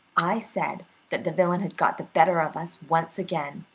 i said that the villain had got the better of us once again,